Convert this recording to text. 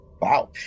wow